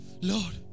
Lord